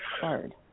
hard